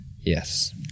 Yes